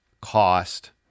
cost